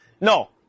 No